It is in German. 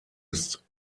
ist